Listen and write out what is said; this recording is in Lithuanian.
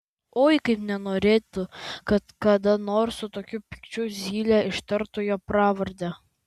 oi kaip nenorėtų kad kada nors su tokiu pykčiu zylė ištartų jo pravardę